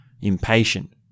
impatient